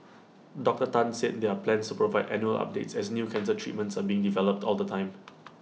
Doctor Tan said there are plans to provide annual updates as new cancer treatments are being developed all the time